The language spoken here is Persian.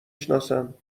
سناسم